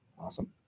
awesome